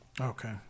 Okay